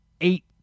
eight